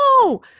no